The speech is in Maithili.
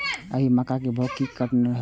अभी मक्का के भाव केना क्विंटल हय?